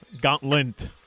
Gauntlet